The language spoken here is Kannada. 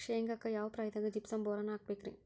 ಶೇಂಗಾಕ್ಕ ಯಾವ ಪ್ರಾಯದಾಗ ಜಿಪ್ಸಂ ಬೋರಾನ್ ಹಾಕಬೇಕ ರಿ?